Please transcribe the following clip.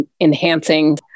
enhancing